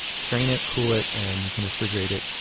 strain it, cool it, and you can refrigerate it.